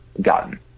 gotten